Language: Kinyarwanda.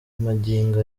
magingo